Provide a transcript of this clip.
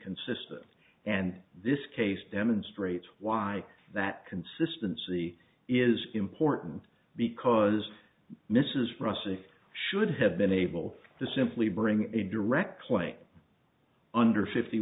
consistent and this case demonstrates why that consistency is important because mrs rusty should have been able to simply bring a direct claim under fifty